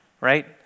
right